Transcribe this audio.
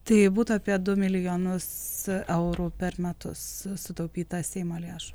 tai būtų apie du milijonus eurų per metus sutaupyta seimo lėšų